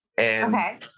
Okay